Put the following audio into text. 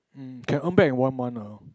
mm can earn back in one month ah